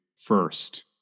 first